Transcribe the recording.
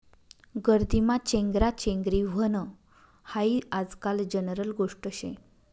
गर्दीमा चेंगराचेंगरी व्हनं हायी आजकाल जनरल गोष्ट शे